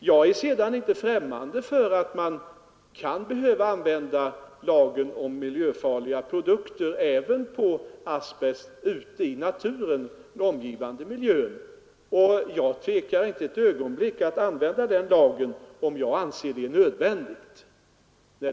Jag är sedan inte främmande för att man kan behöva använda lagen om miljöfarliga produkter även när det gäller asbest ute i naturen och den omgivande miljön, och jag tvekar inte ett ögonblick att tillämpa den, om jag en dag anser det nödvändigt.